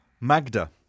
Magda